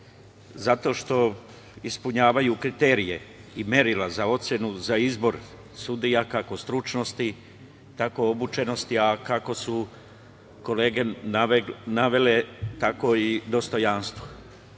zato što ispunjavaju kriterijume i merila za ocenu za izbor sudija kako stručnosti, tako obučenosti, a kako su kolege navele, tako i dostojanstva